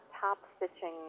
top-stitching